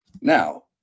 Now